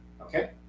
okay